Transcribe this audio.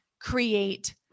create